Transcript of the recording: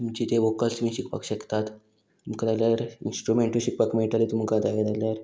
तुमचे ते वोकल्स बी शिकपाक शकतात तुमकां जाल्यार इंस्ट्रुमेंटूय शिकपाक मेयटलें तुमकां जाय जाल्यार